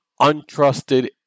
untrusted